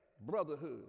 brotherhood